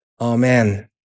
Amen